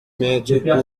mettre